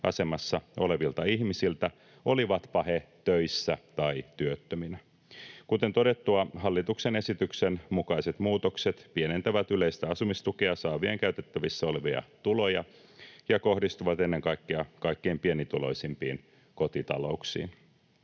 asemassa olevilta ihmisiltä, olivatpa he töissä tai työttöminä. Kuten todettua, hallituksen esityksen mukaiset muutokset pienentävät yleistä asumistukea saavien käytettävissä olevia tuloja ja kohdistuvat ennen kaikkea kaikkein pienituloisimpiin kotitalouksiin.